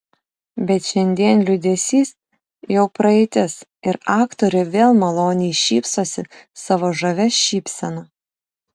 bet šiandien liūdesys jau praeitis ir aktorė vėl maloniai šypsosi savo žavia šypsena